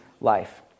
life